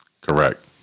Correct